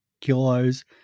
kilos